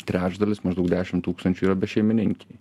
trečdalis maždaug dešim tūkstančių yra bešeimininkiai